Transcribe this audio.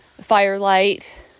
firelight